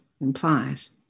implies